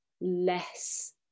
less